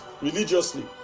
religiously